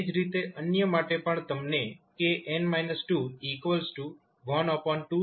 એ જ રીતે અન્ય માટે પણ તમને kn 212